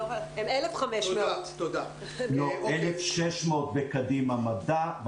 לא, 1,500. לא, 1,600 ב"קדימה מדע".